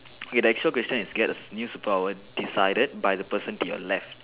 okay the actual question is get a new superpower decided by the person to your left